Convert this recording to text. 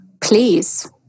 Please